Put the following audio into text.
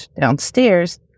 downstairs